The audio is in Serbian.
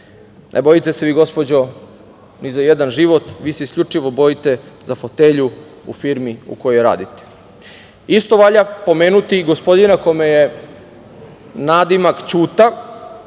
Ne bojite se vi, gospođo, ni za jedan život. Vi se isključivo bojite za fotelju u firmi u kojoj radite. Isto valja pomenuti i gospodina kome je nadima Ćuta,